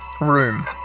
room